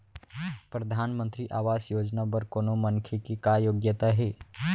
परधानमंतरी आवास योजना बर कोनो मनखे के का योग्यता हे?